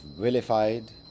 vilified